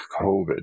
COVID